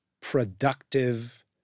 productive